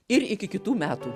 ir iki kitų metų